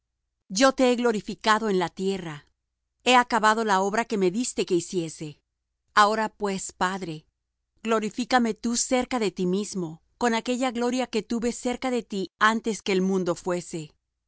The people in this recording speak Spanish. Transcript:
yo te he glorificado en la tierra he acabado la obra que me diste que hiciese ahora pues padre glorifícame tú cerca de ti mismo con aquella gloria que tuve cerca de ti antes que el mundo fuese